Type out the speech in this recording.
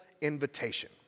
invitation